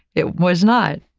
it was not.